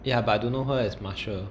ya but I don't know her as marsia